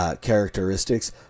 characteristics